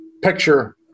picture